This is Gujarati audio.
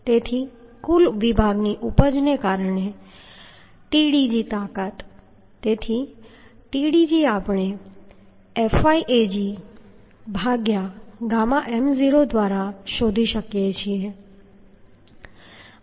તેથી કુલ વિભાગની ઉપજને કારણે Tdg તાકાત તેથી Tdg આપણે fyAgɣm0 દ્વારા શોધી શકીએ છીએ